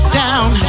down